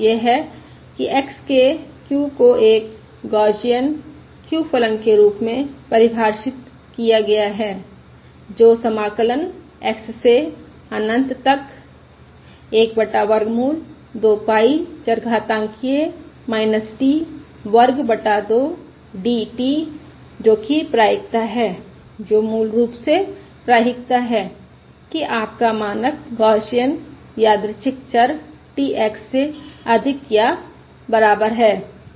यह है कि x के q को एक गौसियन q फलन के रूप में परिभाषित किया गया है जो समाकलन x से अनंत तक 1 बटा वर्गमूल 2 पाई चरघातांकिय़ t वर्ग बटा 2 d t जो कि प्रायिकता है जो मूल रूप से प्रायिकता है कि आपका मानक गौसियन यादृच्छिक चर t x से अधिक या बराबर है